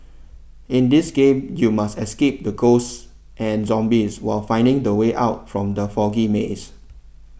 in this game you must escape the ghosts and zombies while finding the way out from the foggy maze